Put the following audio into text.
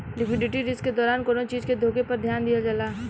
liquidity risk के दौरान कौनो चीज के होखे पर ध्यान दिहल जाला